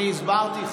אני הסברתי.